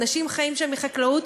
אנשים חיים שם מחקלאות,